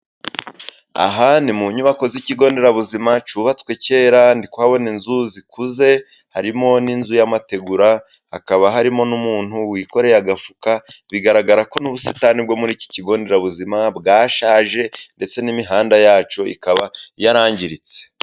Aha ni mu nyubako z'ikigo nderabuzima cyubatswe cyera, ndi kuhabona inzu zikuze, harimo n'inzu y'amategura, hakaba harimo n'umuntu wikoreye agafuka, bigaragara ko n'ubusitani bwo mur'iki kigo nderabuzima, bwashaje ndetse n'imihanda yacyo ikaba yarangiritse.